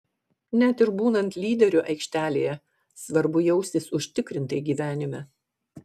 net ir būnant lyderiu aikštelėje svarbu jaustis užtikrintai gyvenime